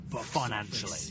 Financially